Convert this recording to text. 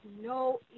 no